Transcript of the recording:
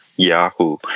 Yahoo